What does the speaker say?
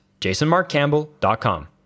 jasonmarkcampbell.com